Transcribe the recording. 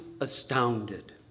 astounded